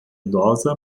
idosa